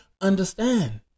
understand